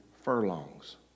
furlongs